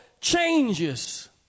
changes